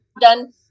done